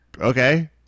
okay